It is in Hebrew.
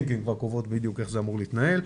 כי הן כבר קובעות איך זה אמור להתנהל.